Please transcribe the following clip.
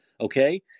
Okay